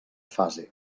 fase